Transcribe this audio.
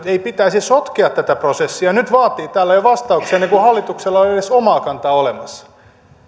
ei nyt pitäisi sotkea tätä prosessia nyt vaatii täällä jo vastauksia ennen kuin hallituksella on edes omaa kantaa olemassa